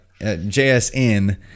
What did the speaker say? jsn